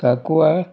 Sancoale